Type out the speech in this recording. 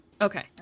Okay